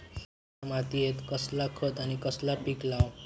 त्या मात्येत कसला खत आणि कसला पीक लाव?